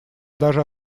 даже